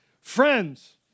Friends